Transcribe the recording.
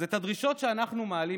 אז הדרישות שאנחנו מעלים,